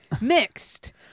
Mixed